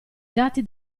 dati